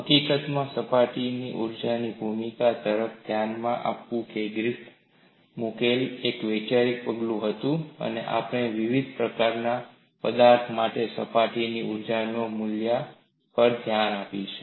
હકીકતમાં સપાટી ઊર્જાની ભૂમિકા તરફ ધ્યાન આપવું એ ગ્રિફિથે મુકેલ એક વૈચારિક પગલું હતું અને આપણે વિવિધ પ્રકારના પદાર્થ માટે સપાટીના ઊર્જાના મૂલ્યો પર ધ્યાન આપીશું